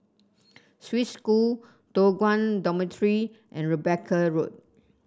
Swiss School Toh Guan Dormitory and Rebecca Road